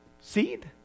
seed